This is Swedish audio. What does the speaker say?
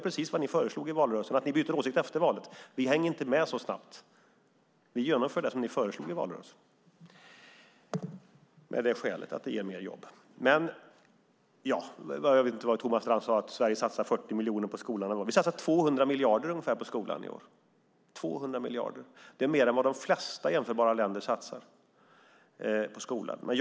Att ni har bytt åsikt efter valet har vi inte hängt på, utan vi genomför det ni föreslog i valrörelsen av skälet att det ger fler jobb. Thomas Strand sade något om att vi satsar 40 miljoner på skolan. Vi satsar 200 miljarder på skolan i år. Det är mer än vad de flesta jämförbara länder satsar på skolan.